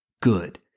good